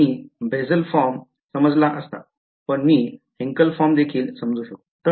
मी Bessel form समजला असता पण मी hankel फॉर्म देखील समजू शकतो